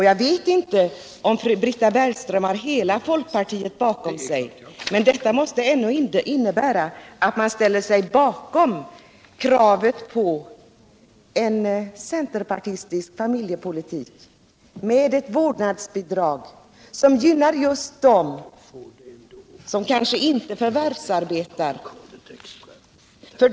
Jag vet inte om Britta Bergström har hela folkpartiet med sig, men detta måste ändå innebära att man ställer sig bakom en centerpartistisk familjepolitik — med ett vårdnadsbidrag som gynnar dem som inte förvärvsarbetar.